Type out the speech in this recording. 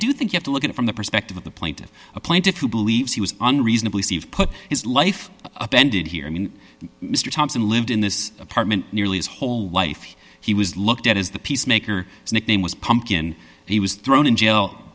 do think you have to look at it from the perspective of the plaintiffs plaintiffs who believe he was unreasonably steve put his life up ended here i mean mr thompson lived in this apartment nearly as whole life he was looked at as the peacemaker nickname was pumpkin he was thrown in jail